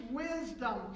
wisdom